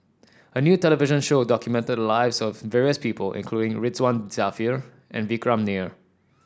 a new television show documented the lives of various people including Ridzwan Dzafir and Vikram Nair